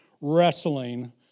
wrestling